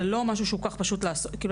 זה לא משהו שהוא כל כך פשוט לעשות כאילו